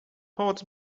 pałac